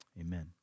amen